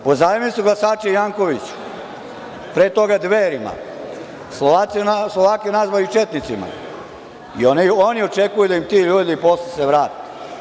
Pozajmili su ga Saši Jankoviću, pre toga Dverima, Slovake nazvali četnicima i oni očekuju da im se ti ljudi posle se vrate.